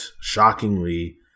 shockingly